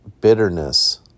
bitterness